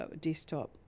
desktop